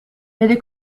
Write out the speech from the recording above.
vede